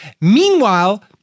Meanwhile